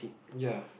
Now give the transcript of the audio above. ya